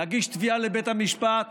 להגיש תביעה לבית המשפט